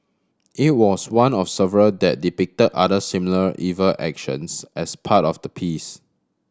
it was one of several that depicted other similarly evil actions as part of the piece